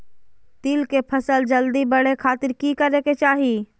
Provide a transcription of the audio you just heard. तिल के फसल जल्दी बड़े खातिर की करे के चाही?